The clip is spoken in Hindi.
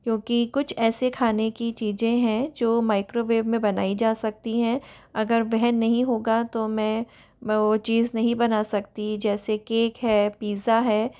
क्योंकि कुछ ऐसे खान की चीज़ें हैं जो माइक्रोवेव में बनाई जा सकती हैं अगर वह नहीं होगा तो मैं मैं वो चीज नहीं बन सकती जैसे केक है पिज़्ज़ा है